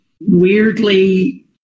weirdly